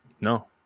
no